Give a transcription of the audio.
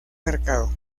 mercado